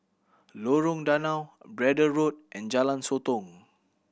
Lorong Danau Braddell Road and Jalan Sotong